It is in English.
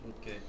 Okay